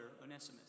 Onesimus